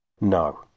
No